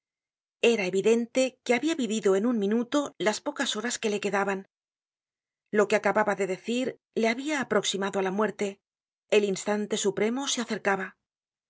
era evidente que habia vivido en un minuto las pocas horas que le quedaban lo que acababa de decir le habia aproximado á la muerte el instante supremo se acercaba el